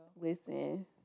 listen